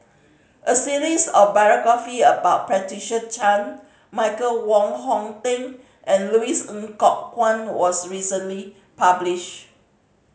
a series of biographie about Patricia Chan Michael Wong Hong Teng and Louis Ng Kok Kwang was recently published